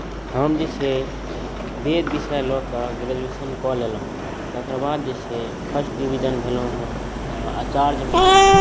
हम जे छै वेद विषय लऽ कऽ ग्रेजुएशन कऽ लेलहुँ तकर बाद जे छै फर्स्ट डिवीजन भेलहुँ हँ आचार्यमे